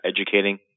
educating